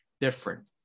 different